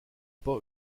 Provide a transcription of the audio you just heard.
pas